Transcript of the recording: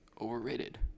overrated